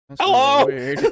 Hello